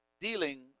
dealing